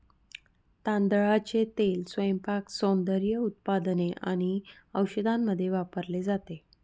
तांदळाचे तेल स्वयंपाक, सौंदर्य उत्पादने आणि औषधांमध्ये वापरले जाते